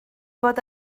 bod